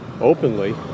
openly